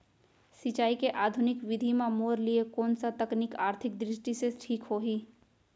सिंचाई के आधुनिक विधि म मोर लिए कोन स तकनीक आर्थिक दृष्टि से ठीक होही?